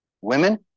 Women